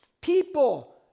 People